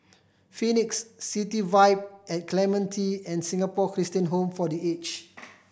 Phoenix City Vibe at Clementi and Singapore Christian Home for The Aged